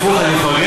הפוך, אני מפרגן.